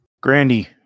Grandy